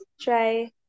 try